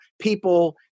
people